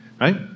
right